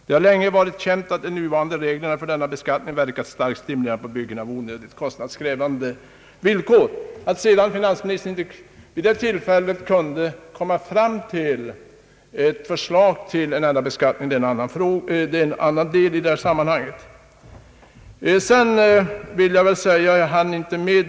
Det har länge varit känt att de nuvarande reglerna för denna beskattning verkat starkt stimulerande på byggen av onödigt kostnadskrävande villor.» Att finansministern vid detta tillfälle inte kunde avge ett förslag till ändrad beskattning är en annan sak.